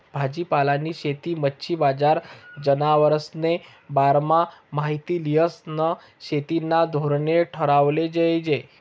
भाजीपालानी शेती, मच्छी बजार, जनावरेस्ना बारामा माहिती ल्हिसन शेतीना धोरणे ठरावाले जोयजे